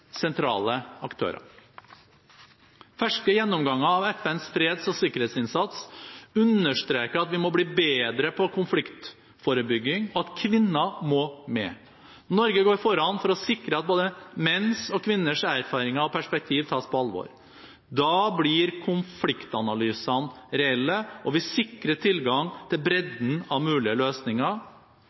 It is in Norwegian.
sentrale aktører. Ferske gjennomganger av FNs freds- og sikkerhetsinnsats understreker at vi må bli bedre på konfliktforebygging, og at kvinner må med. Norge går foran for å sikre at både menns og kvinners erfaringer og perspektiv tas på alvor. Da blir konfliktanalysene reelle, og vi sikrer tilgang til bredden av mulige løsninger.